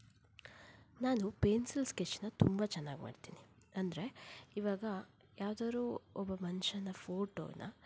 ನಾನು ಪೇನ್ಸಿಲ್ ಸ್ಕೆಚ್ಚನ್ನು ತುಂಬ ಚೆನ್ನಾಗಿ ಮಾಡ್ತೀನಿ ಅಂದರೆ ಈವಾಗ ಯಾವ್ದಾದ್ರು ಒಬ್ಬ ಮನುಷ್ಯನ ಫೋಟೋನ